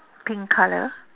pink color